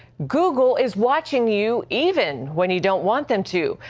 google is watching you, even when you don't want them to.